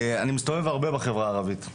אני מסתובב הרבה בחברה הערבית,